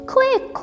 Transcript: Quick